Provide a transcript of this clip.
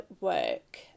work